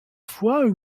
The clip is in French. foi